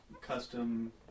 custom